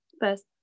first